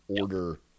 order